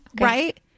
Right